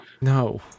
No